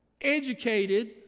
educated